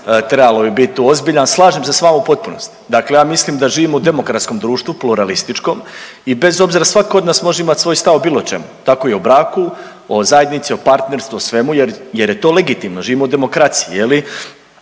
trebalo bi bit tu ozbiljan. Slažem se s vama u potpunosti, dakle ja mislim da živimo u demokratskom društvu pluralističkom i bez obzira svak od nas može imati svoj stav o bilo čemu, tako i o braku, o zajednici, o partnerstvu, o svemu jer je to legitimno živimo u demokraciji i